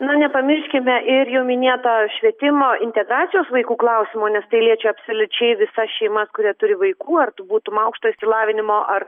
na nepamirškime ir jau minėto švietimo integracijos vaikų klausimų nes tai liečia absoliučiai visas šeimas kurie turi vaikų ar tu būtum aukšto išsilavinimo ar